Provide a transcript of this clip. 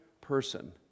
person